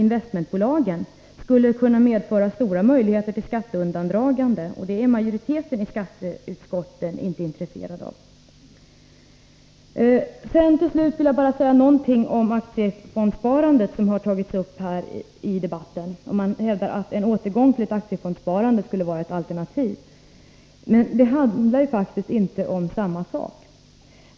investmentbolagen skulle kunna medföra stora möjligheter till skatteundandragande, och det är majoriteten i skatteutskottet inte intresserad av. Till slut vill jag säga något om aktiefondssparandet, som har tagits upp här i debatten. Man hävdar att en återgång till ett aktiefondssparande skulle vara ett alternativ. Men det handlar ju inte om samma sak.